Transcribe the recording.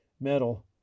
metal